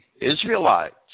Israelites